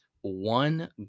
one